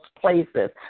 places